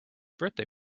birthday